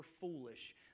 foolish